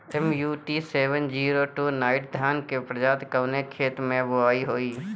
MUT seven zero two nine धान के प्रजाति कवने खेत मै बोआई होई?